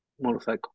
motorcycle